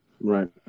right